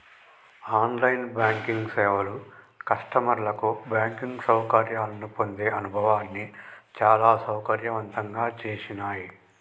on line banking సేవలు కస్టమర్లకు banking సౌకర్యాలను పొందే అనుభవాన్ని చాలా సౌకర్యవంతంగా చేసినాయ్